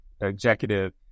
executive